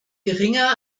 geringer